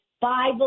five